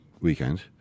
weekend